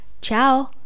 ciao